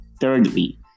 thirdly